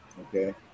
Okay